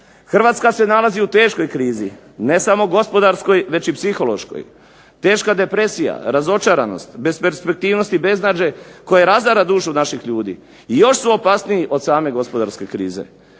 Hrvatska se nalazi u teškoj krizi, ne samo gospodarskoj, već i psihološkoj, teška depresija, razočaranost, besperspektivnost i beznađe koje razara dušu naših ljudi još su opasniji od same gospodarske krize,